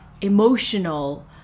emotional